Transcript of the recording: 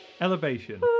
Elevation